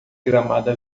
gramada